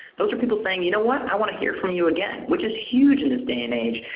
those are people saying, you know what? i want to hear from you again, which is huge in this day and age,